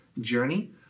journey